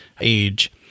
age